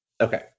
Okay